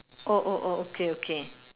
oh oh oh okay okay